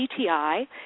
cti